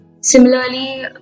similarly